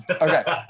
Okay